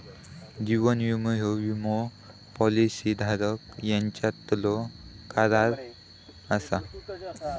जीवन विमो ह्यो विमो पॉलिसी धारक यांच्यातलो करार असा